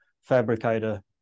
fabricator